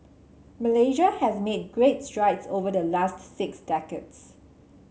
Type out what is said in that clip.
Malaysia has made greats strides over the last six decades